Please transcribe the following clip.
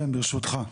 כן, ברשותך.